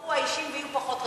יתחלפו האישים ויהיו פחות רגישים,